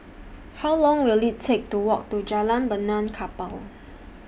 How Long Will IT Take to Walk to Jalan Benaan Kapal